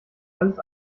alles